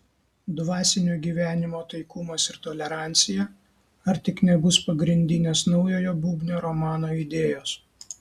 dvasinio gyvenimo taikumas ir tolerancija ar tik nebus pagrindinės naujojo bubnio romano idėjos